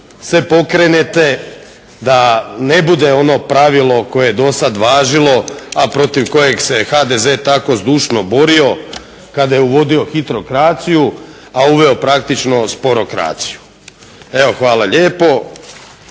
se pokrenete da ne bude ono pravilo koje je dosad važilo, a protiv kojeg se HDZ tako zdušno borio kada je uvodio hitrokraciju a uveo praktično sporokraciju. Evo, hvala lijepo